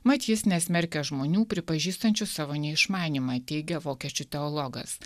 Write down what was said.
mat jis nesmerkia žmonių pripažįstančių savo neišmanymą teigia vokiečių teologas